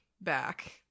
back